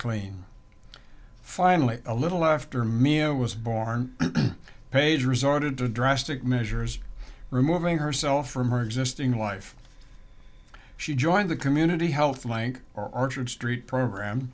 clean finally a little after me a was born paige resorted to drastic measures removing herself from her existing life she joined the community health lank orchard street program